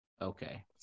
Okay